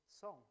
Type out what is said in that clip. song